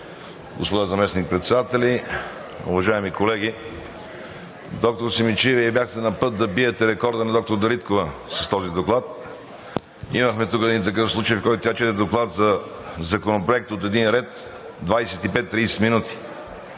господа заместник-председатели, уважаеми колеги! Доктор Симидчиев, Вие бяхте на път да биете рекорда на доктор Дариткова с този доклад. Имахме тук един такъв случай, в който тя чете доклад по законопроект от един ред 25 – 30 минути,